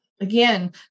again